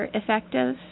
effective